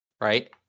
Right